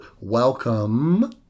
Welcome